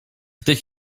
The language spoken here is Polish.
tych